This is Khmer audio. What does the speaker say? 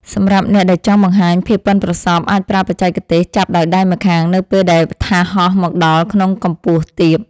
សម្រាប់អ្នកដែលចង់បង្ហាញភាពប៉ិនប្រសប់អាចប្រើបច្ចេកទេសចាប់ដោយដៃម្ខាងនៅពេលដែលថាសហោះមកដល់ក្នុងកម្ពស់ទាប។